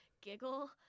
giggle